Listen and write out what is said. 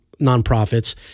nonprofits